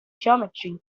geometry